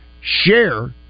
share